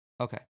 Okay